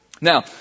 Now